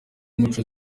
umuco